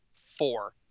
four